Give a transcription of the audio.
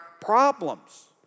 problems